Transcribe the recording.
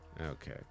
Okay